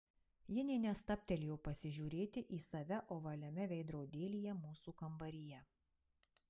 ji nė nestabtelėjo pasižiūrėti į save ovaliame veidrodėlyje mūsų kambaryje